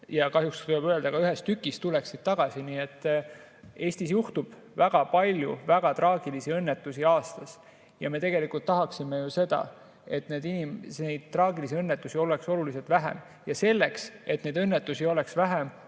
ja kahjuks peab ütlema, ka ühes tükis tagasi tuleksid. Eestis juhtub väga palju väga traagilisi õnnetusi ja me tegelikult tahaksime ju seda, et neid traagilisi õnnetusi oleks oluliselt vähem. Selleks, et neid õnnetusi oleks vähem,